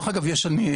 לא נשאר קדימה.